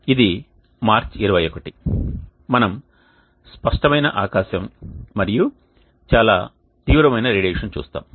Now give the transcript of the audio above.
ఇది మార్చి 21 మనము స్పష్టమైన ఆకాశం మరియు చాలా తీవ్రమైన రేడియేషన్ను చూస్తాము